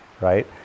right